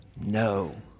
No